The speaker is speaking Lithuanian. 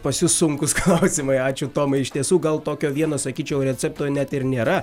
pasisunkus klausimai ačiū tomai iš tiesų gal tokio vieno sakyčiau recepto net ir nėra